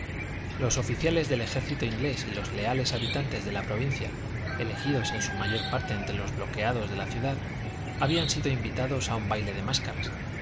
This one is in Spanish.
los oficiales del ejército inglés y los leales habitantes de la provincia elegidos en su mayor parte entre los bloqueados de la ciudad habían sido invitados a un baile de máscaras